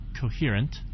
coherent